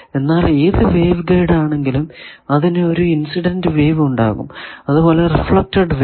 എന്നാൽ ഏതു wave guide ആണെങ്കിലും അതിനു ഒരു ഇൻസിഡന്റ് വേവ് ഉണ്ടാകും അത് പോലെ റിഫ്ലെക്ടഡ് വേവ്